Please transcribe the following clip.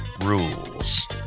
rules